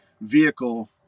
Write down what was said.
vehicle